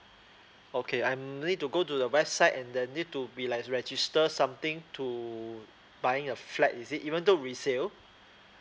okay I'm need to go to the website and then need to be like register something to buying a flat is it even though resale